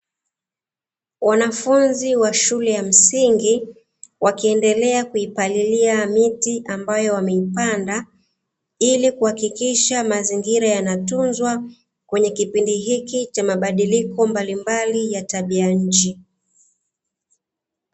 Wanafunzi wa shule ya msingi, wakiendelea kuipalilia miti, ambayo wameipanda, ili kuhakikisha mazngira yanatunzwa kwenye kipindi hiki cha mabadiliko mbalimbali ya hali ya tabia nchi.